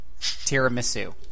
tiramisu